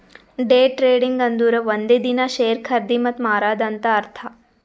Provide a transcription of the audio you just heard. day trading ಅಂದುರ್ ಒಂದೇ ದಿನಾ ಶೇರ್ ಖರ್ದಿ ಮತ್ತ ಮಾರಾದ್ ಅಂತ್ ಅರ್ಥಾ